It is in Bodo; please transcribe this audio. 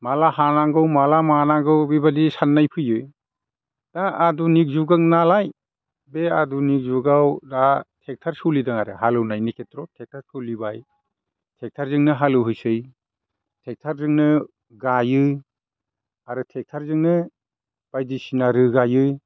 माब्ला हानांगौ माब्ला मानांगौ बेबायदि साननाय फैयो दा आधुनिक जुग नालाय बे आधुनिक जुगाव दा ट्रेक्ट'र सोलिदों आरो हालेवनायनि खेथ्र'आव ट्रेक्ट'र सोलिबाय ट्रेक्ट'रजोंनो हालेवहैसै ट्रेक्ट'रजोंनो गायो आरो ट्रेक्ट'रजोंनो बायदिसिना रोगायो